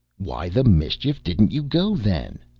why the mischief didn't you go, then?